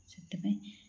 ସେଥିପାଇଁ